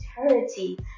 eternity